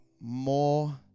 more